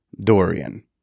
Dorian